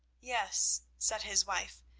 yes, said his wife,